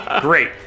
Great